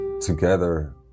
together